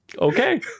Okay